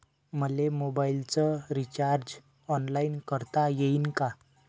मले मोबाईलच recharge online करता येईन का?